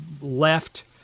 left